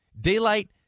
daylight